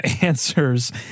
answers